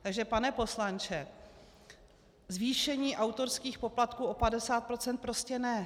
Takže pane poslanče, zvýšení autorských poplatků o 50 % prostě ne.